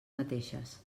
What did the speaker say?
mateixes